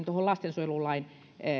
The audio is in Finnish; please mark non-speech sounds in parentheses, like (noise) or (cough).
(unintelligible) tuohon lastensuojelulain